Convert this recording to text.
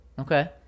Okay